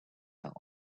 out